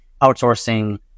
outsourcing